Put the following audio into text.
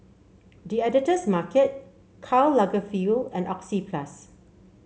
The Editor's Market Karl Lagerfeld and Oxyplus